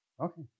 Okay